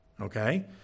okay